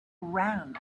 ran